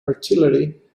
artillery